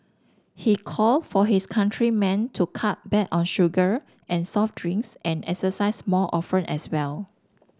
he called for his countrymen to cut back on sugar and soft drinks and exercise more often as well